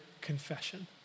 confession